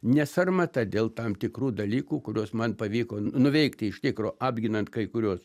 ne sarmata dėl tam tikrų dalykų kuriuos man pavyko nuveikti iš tikro apginant kai kuriuos